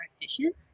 efficient